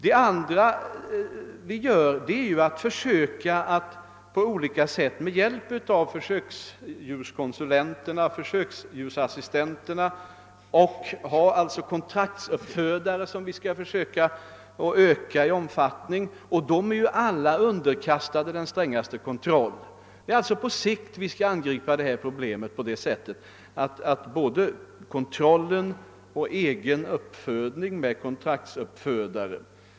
Vår andra uppgift är att på olika sätt, med hjälp av försöksdjurskonsulenterna och försöksdjursassistenterna, försöka få ett ökat antal kontraktsuppfödare, som alla är underkastade den strängaste kontroll. På längre sikt skall vi alltså angripa detta problem både genom kontroll och genom egen uppfödning hos kontraktsuppfödare.